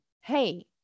Hey